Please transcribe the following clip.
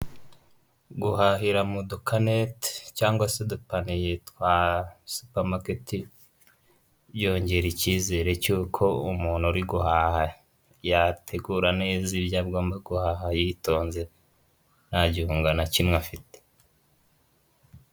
Guhahira mudukanete cyangwa se udepaniye yitwa supamaketi, yongera icyizere cy'uko umuntu uri guhaha yategura neza ibyo agomba guhaha yitonze nta gihunga na kimwe afite.